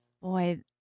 Boy